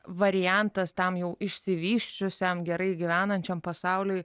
variantas tam jau išsivysčiusiam gerai gyvenančiam pasauliui